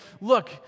look